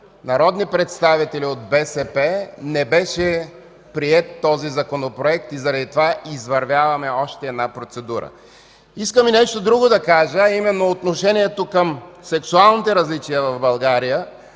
народни представители от БСП не беше приет Законопроектът и затова извървяваме още една процедура. Искам и нещо друго да кажа, а именно отношението към сексуалните различия в България.